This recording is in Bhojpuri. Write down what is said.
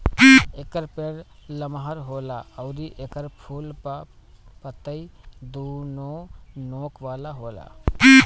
एकर पेड़ लमहर होला अउरी एकर फूल आ पतइ दूनो नोक वाला होला